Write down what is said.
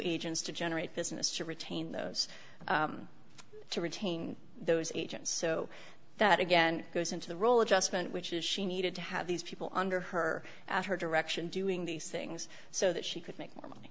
agents to generate business to retain those to retain those agents so that again goes into the role it just meant which is she needed to have these people under her at her direction doing these things so that she could make more money